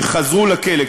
שחזרו לכלא,